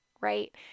Right